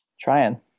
Trying